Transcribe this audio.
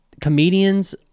comedians